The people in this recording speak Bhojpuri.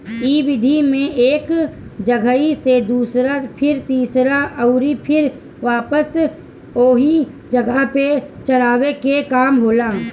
इ विधि में एक जगही से दूसरा फिर तीसरा अउरी फिर वापस ओही जगह पे चरावे के काम होला